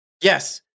Yes